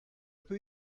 peux